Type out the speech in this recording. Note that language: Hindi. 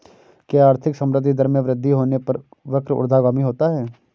क्या आर्थिक संवृद्धि दर में वृद्धि होने पर वक्र ऊर्ध्वगामी होता है?